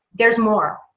there's more